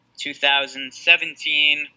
2017